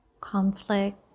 conflict